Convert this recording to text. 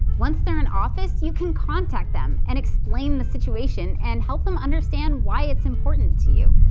once they're in office you can contact them and explain the situation, and help them understand why it's important to you.